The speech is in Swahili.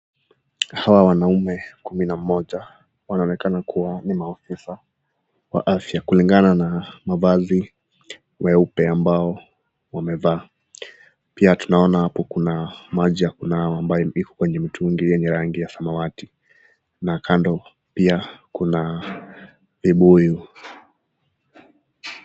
Hawa wanaume kumi na mmoja, wanaonekana kuwa ni maafisa wa afya kulingana na mavazi meupe ambao wamevaa. Pia tunaona hapo kuna maji ya kunawa ambayo iko kwenye mitungi yenye rangi ya samawati na kando pia kuna vibuyu.